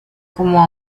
como